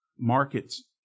markets